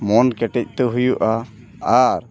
ᱢᱚᱱ ᱠᱮᱴᱮᱡ ᱛᱮ ᱦᱩᱭᱩᱜᱼᱟ ᱟᱨ